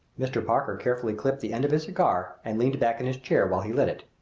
mr. parker carefully clipped the end of his cigar and leaned back in his chair while he lit it.